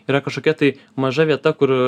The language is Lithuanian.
yra kažkokia tai maža vieta kur